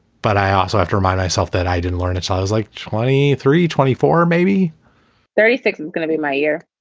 but i also have to remind myself that i didn't learn it. ah i was like twenty three, twenty four, maybe thirty six was going to be my year.